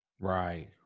Right